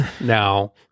now